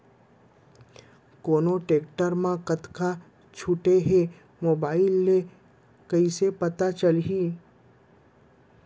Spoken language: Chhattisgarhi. कोन टेकटर म कतका छूट हे, मोबाईल ले कइसे पता चलही?